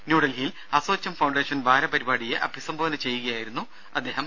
ന്യൂഡൽഹിയിൽ അസോച്ചം ഫൌണ്ടേഷൻ വാര പരിപാടിയെ അഭിസംബോധന ചെയ്യുകയായിരുന്നു അദ്ദേഹം